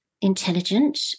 intelligent